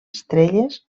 estrelles